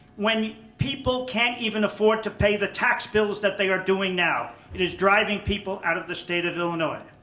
when people can't even afford to pay the tax bills that they are doing now. it is driving people out of the state of illinois.